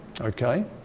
okay